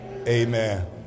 amen